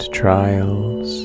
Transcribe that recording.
trials